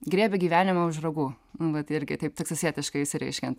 griebia gyvenimą už ragų vat irgi taip teksasietiškai išsireiškiant